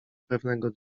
pewnego